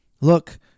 Look